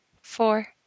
four